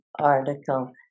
article